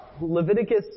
Leviticus